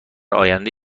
آینده